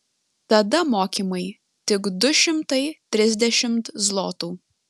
tada mokymai tik du šimtai trisdešimt zlotų